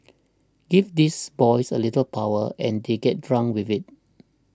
give these boys a little power and they get drunk with it